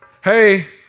hey